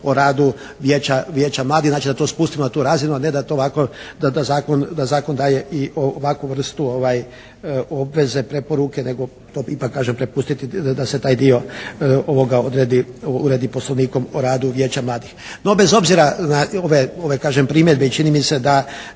o radu Vijeća mladih. Znači da to spustimo na tu razinu a ne da to ovako, da zakon daje i ovakvu vrstu obveze, preporuke nego ipak to kažem prepustiti da se taj diko ovoga uredi Poslovnikom o radu Vijeća mladih. No bez obzira na ove kažem primjedbe i čini mi se da